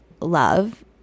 love